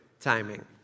timing